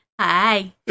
Hi